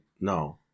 No